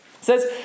says